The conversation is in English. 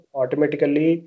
automatically